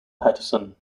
paterson